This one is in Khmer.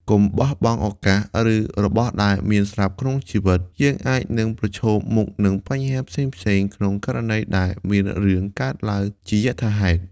កុំបោះបង់ឱកាស ឬរបស់ដែលមានស្រាប់ក្នុងជីវិត យើងអាចនឹងប្រឈមមុខនឹងបញ្ហាផ្សេងៗ ក្នុងករណីដែលមានរឿងកើតឡើងជាយថាហេតុ។